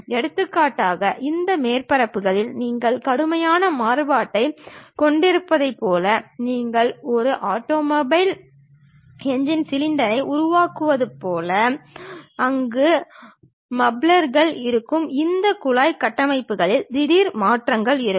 எடுத்துக்காட்டாக இந்த மேற்பரப்புகளில் நீங்கள் கடுமையான மாறுபாட்டைக் கொண்டிருப்பதைப் போல நீங்கள் ஒரு ஆட்டோமொபைல் என்ஜின் சிலிண்டரை உருவாக்குவது போல அங்கு மஃப்லர்கள் இருக்கும் இந்த குழாய் கட்டமைப்புகளில் திடீர் மாற்றம் இருக்கும்